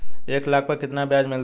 एक लाख पर कितना ब्याज मिलता है?